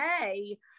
okay